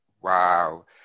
wow